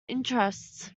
interests